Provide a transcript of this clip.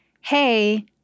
Hey